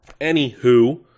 Anywho